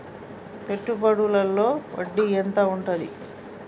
పెట్టుబడుల లో వడ్డీ ఎంత ఉంటది?